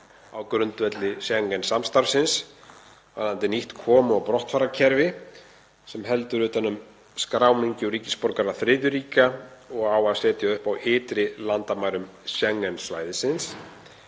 á grundvelli Schengen-samstarfsins nýtt komu- og brottfararkerfi sem heldur utan um skráningu ríkisborgara þriðju ríkja og á að setja upp á ytri landamærum Schengen-svæðisins